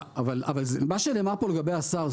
מה שנאמר פה לגבי השר,